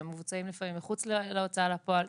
הם מבוצעים לפעמים מחוץ להוצאה לפועל.